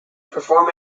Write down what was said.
perform